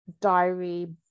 diary